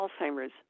Alzheimer's